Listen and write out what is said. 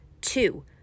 Two